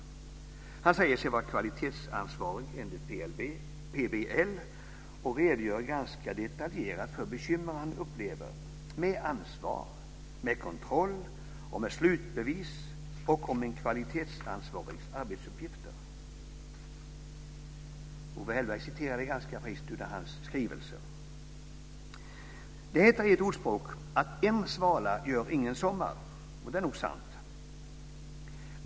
Personen säger sig vara kvalitetsansvarig enligt PBL och redogör ganska detaljerat för bekymmer han upplever med ansvar, kontroll och slutbevis och för en kvalitetsansvarigs arbetsuppgifter. Owe Hellberg refererade ganska friskt till hans skrivelse. Det heter i ett ordspråk att en svala gör ingen sommar. Och det är nog sant.